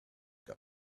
cup